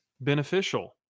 beneficial